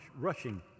rushing